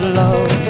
love